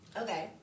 Okay